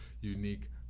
unique